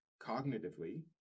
cognitively